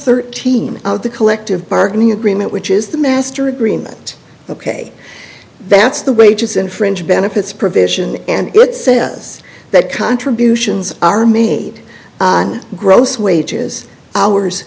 thirteen the collective bargaining agreement which is the master agreement ok that's the wages and fringe benefits provision and it says that contributions are made on gross wages hours